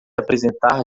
apresentar